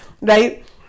right